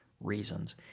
reasons